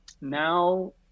now